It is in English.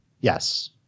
Yes